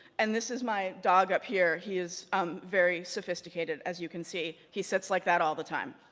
and this is my dog up here, he is very sophisticated, as you can see, he sits like that all the time.